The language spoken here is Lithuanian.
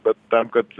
bet tam kad